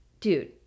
Dude